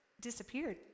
disappeared